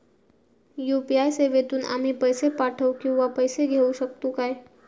UPI सेवेतून आम्ही पैसे पाठव किंवा पैसे घेऊ शकतू काय?